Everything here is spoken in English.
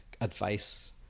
advice